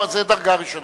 זאת דרגה ראשונה.